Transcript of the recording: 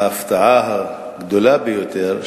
ההפתעה הגדולה ביותר,